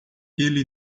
ele